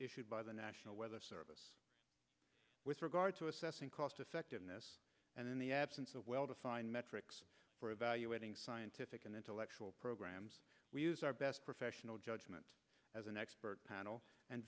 issued by the national weather service with regard to assessing cost effectiveness and in the absence of well defined metrics for evaluating scientific and intellectual programs we use our best professional judgment as an expert panel and